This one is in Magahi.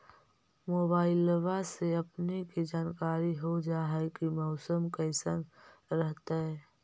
मोबाईलबा से अपने के जानकारी हो जा है की मौसमा कैसन रहतय?